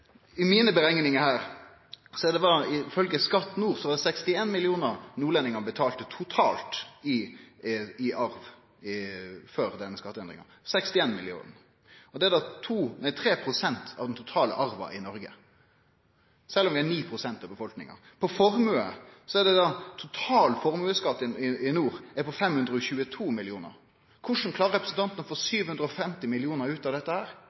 I mine berekningar har nordlendingar ifølgje Skatt nord betalt totalt 61 mill. kr i arveavgift før denne skatteendringa – 61 mill. kr. Det er 3 pst. av den totale arveavgifta i Noreg, sjølv om vi er 9 pst. av befolkninga. På formue er total formuesskatt i nord på 522 mill. kr. Korleis klarer representanten å få 750 mill. kr ut av dette?